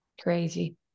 Crazy